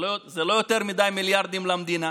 זה לא יותר מדי מיליארדים למדינה.